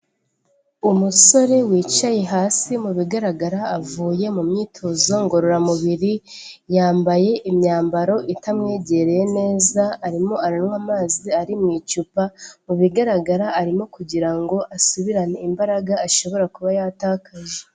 Umusore wicaye hasi mu bigaragara avuye mu myitozo ngororamubiri, yambaye imyambaro itamwegereye neza, arimo aranywa amazi ari mu icupa, mu bigaragara arimo kugira ngo asubirane imbaraga ashobora kuba yatakaye.